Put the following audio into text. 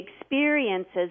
experiences